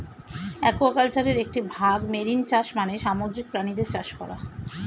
অ্যাকুয়াকালচারের একটি ভাগ মেরিন চাষ মানে সামুদ্রিক প্রাণীদের চাষ করা